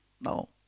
No